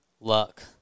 luck